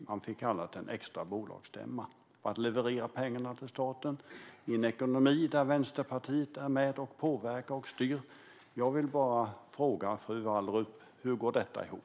Man fick kalla till en extra bolagsstämma för att leverera pengarna till staten - i en ekonomi där Vänsterpartiet är med och påverkar och styr. Jag vill bara fråga Wallrup: Hur går detta ihop?